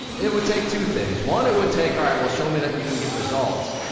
it would take two things. one, it would take, all right, well, show me that you can get results.